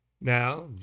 Now